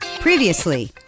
Previously